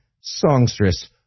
songstress